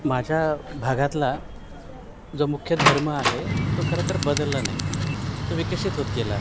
माझ्या भागातला जो मुख्य धर्म आहे तो खरं तर बदलला नाही तो विकसित होत गेला आहे